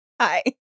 Hi